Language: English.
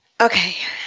Okay